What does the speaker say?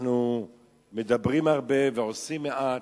אנחנו מדברים הרבה ועושים מעט,